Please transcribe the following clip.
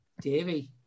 Davy